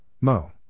Mo